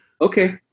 Okay